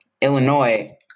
Illinois